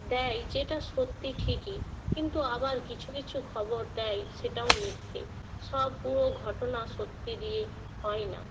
দেয় যেটা সত্যি ঠিকই কিন্তু আবার কিছু কিছু খবর দেয় সেটাও মিথ্যে সব পুরো ঘটনা সত্যি দিয়ে হয় না